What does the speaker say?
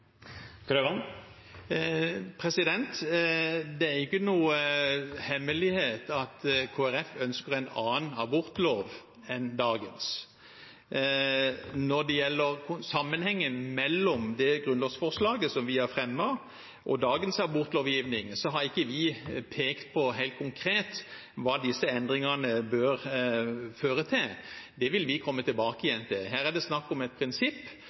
Det er ikke noen hemmelighet at Kristelig Folkeparti ønsker en annen abortlov enn dagens. Når det gjelder sammenhengen mellom det grunnlovsforslaget som vi har fremmet, og dagens abortlovgivning, har ikke vi pekt på helt konkret hva disse endringene bør føre til. Det vil vi komme tilbake til. Her er det snakk om et prinsipp,